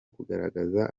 kugaragaza